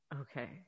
Okay